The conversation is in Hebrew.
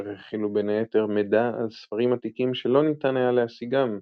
אשר הכילו בין היתר מידע על ספרים עתיקים שלא ניתן היה להשיגם,